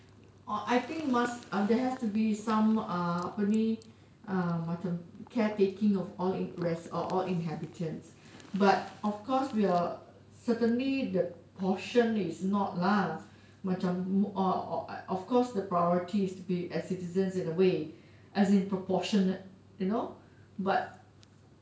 oh I think must there has to be some uh apa ni uh macam caretaking of all in~ res~ or all inhabitants but of course we're certainly the portion is not lah macam of course the priority is to be citizens in a way as in proportionate you know but